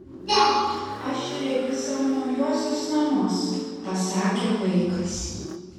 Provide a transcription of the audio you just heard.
aš regiu savo naujuosius namus pasakė vaikas